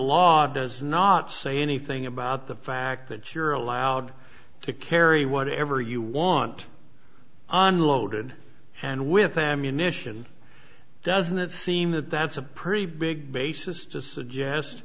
law does not say anything about the fact that you're allowed to carry what ever you want on loaded and with ammunition doesn't it seem that that's a pretty big basis to suggest